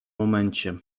momencie